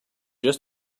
just